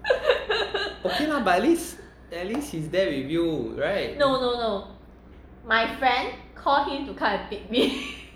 okay lah but at least at least he's there with you right